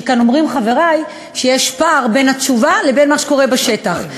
שכאן אומרים חברי שיש פער בין התשובה לבין מה שקורה בשטח.